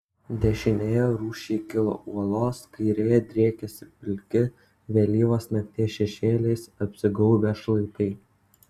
dešinėje rūsčiai kilo uolos kairėje driekėsi pilki vėlyvos nakties šešėliais apsigaubę šlaitai